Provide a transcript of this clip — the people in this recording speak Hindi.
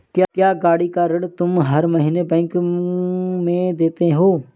क्या, गाड़ी का ऋण तुम हर महीने बैंक में देते हो?